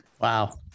Wow